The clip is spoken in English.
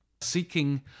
seeking